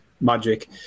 magic